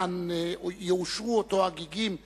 אותם הגיגים,